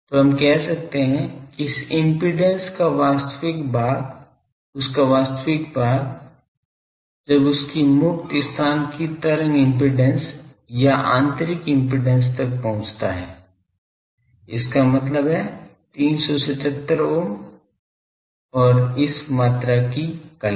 तो हम कहते हैं कि इस इम्पीडेन्स का वास्तविक भाग उसका वास्तविक भाग जब उसकी मुक्त स्थान की तरंग इम्पीडेन्स या आंतरिक इम्पीडेन्स तक पहुँचता है इसका मतलब है 377 ओम और इस मात्रा की कला